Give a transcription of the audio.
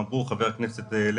המנכ"לית שלי נמצאת.